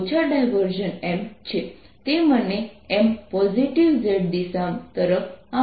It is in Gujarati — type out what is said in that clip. M છે તે મને M પોઝિટિવ z દિશા તરફ આપશે